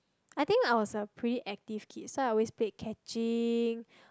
I think I was a pretty active kid so I always play catching